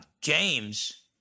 James